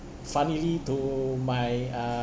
funnily to my uh